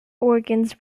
organs